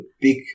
big